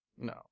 No